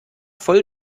voll